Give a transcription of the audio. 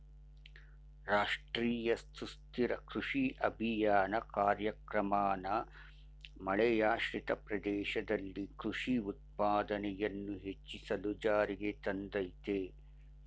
ರಾಷ್ಟ್ರೀಯ ಸುಸ್ಥಿರ ಕೃಷಿ ಅಭಿಯಾನ ಕಾರ್ಯಕ್ರಮನ ಮಳೆಯಾಶ್ರಿತ ಪ್ರದೇಶದಲ್ಲಿ ಕೃಷಿ ಉತ್ಪಾದನೆಯನ್ನು ಹೆಚ್ಚಿಸಲು ಜಾರಿಗೆ ತಂದಯ್ತೆ